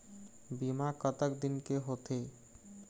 बीमा कतक दिन के होते?